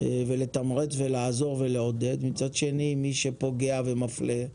ולתמרץ ולעזור ולעודד, מצד שני מי שפוגע ומפלה,